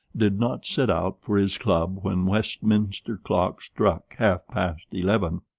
did not set out for his club when westminster clock struck half-past eleven.